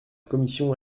commission